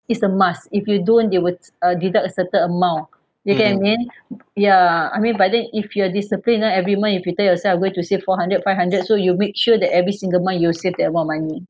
it's a must if you don't they will uh deduct a certain amount they can then ya I mean but then if you're disciplined right every month you prepare yourself I'm going to save four hundred five hundred so you make sure that every single month you'll save that amount of money